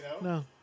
No